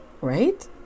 Right